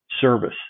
service